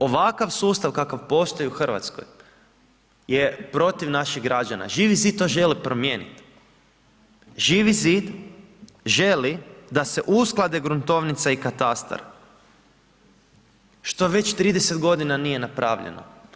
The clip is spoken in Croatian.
Ovakav sustav kakav postoji u Hrvatskoj je protiv naših građana, Živi zid to želi promijeniti, Živ zid želi da se usklade gruntovnica i katastar što već 30 g. nije napravljeno.